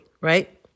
right